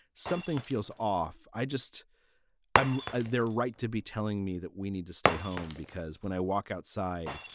something feels off. i just i'm there right. to be telling me that we need to stay home, because when i walk outside,